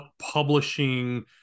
publishing